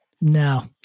No